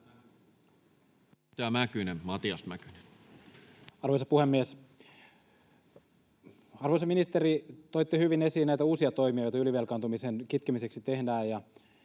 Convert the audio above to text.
Arvoisa puhemies! Arvoisa ministeri, toitte hyvin esiin näitä uusia toimia, joita ylivelkaantumisen kitkemiseksi tehdään,